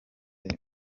imwe